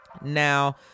Now